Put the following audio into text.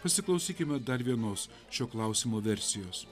pasiklausykime dar vienos šio klausimo versijos